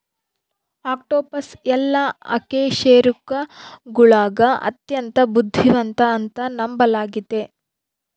octopus ಎಲ್ಲಾ ಅಕಶೇರುಕಗುಳಗ ಅತ್ಯಂತ ಬುದ್ಧಿವಂತ ಅಂತ ನಂಬಲಾಗಿತೆ